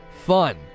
fun